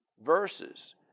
verses